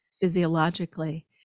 physiologically